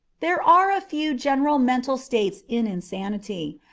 there are a few general mental states in insanity,